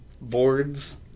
boards